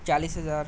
چالیس ہزار